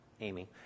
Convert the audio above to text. Amy